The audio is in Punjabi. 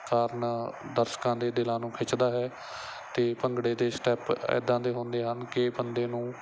ਕਾਰਣ ਦਰਸ਼ਕਾਂ ਦੇ ਦਿਲਾਂ ਨੂੰ ਖਿੱਚਦਾ ਹੈ ਅਤੇ ਭੰਗੜੇ ਦੇ ਸਟੈਪ ਇੱਦਾਂ ਦੇ ਹੁੰਦੇ ਹਨ ਕਿ ਬੰਦੇ ਨੂੰ